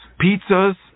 pizzas